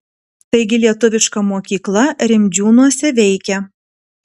taigi lietuviška mokykla rimdžiūnuose veikia